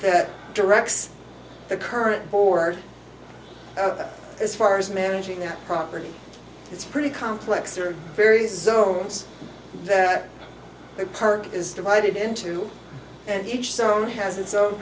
directs the current board as far as managing their property it's pretty complex or various zones that the park is divided into and each zone has its own